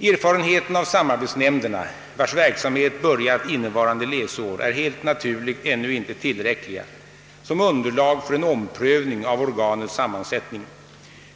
Erfarenheterna av samarbetsnämnderna, vilkas verksamhet börjat innevarande läsår, är helt naturligt ännu inte tillräckliga som underlag för en omprövning av organets sammansättning.